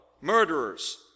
murderers